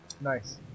Nice